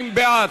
52 בעד.